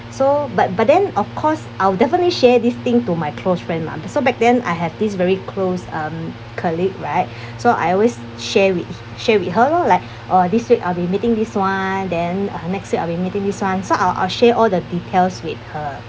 so but but then of course I'll definitely share this thing to my close friend mah so back then I have this very close um colleague right so I always share with share with her lor like oh this week I'll be meeting this one then next week I'll be meeting this one so I'll I'll share all the details with her